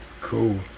Cool